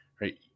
right